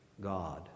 God